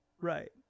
Right